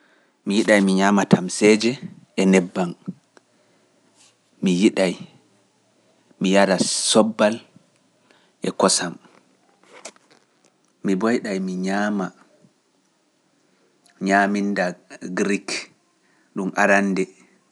Mi yiɗay mi ñaama tamseeje e nebbam, mi yiɗay mi yara sobal e kosam, mi boyɗay mi ñaama ñaaminda Grik ɗum arande.